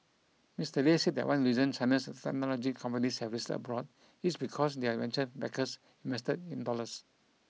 Mister Lei said that one reason China's technology companies have listed abroad is because their venture backers invested in dollars